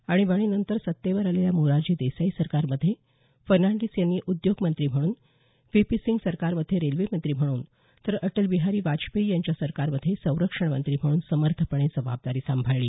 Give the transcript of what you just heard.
आणिबाणी नंतर सत्तेवर आलेल्या मोरारजी देसाई सरकारमध्ये फर्नांडीस यांनी उद्योगमंत्री म्हणून व्ही पी सिंग सरकारमध्ये रेल्वेमंत्री म्हणून तर अटल बिहारी वाजपेयी यांच्या सरकारमध्ये संरक्षणमंत्री म्हणून समर्थपणे जबाबदारी सांभाळली